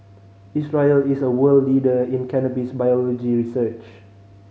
Israel is a world leader in cannabis biology research